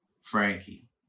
Frankie